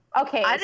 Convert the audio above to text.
Okay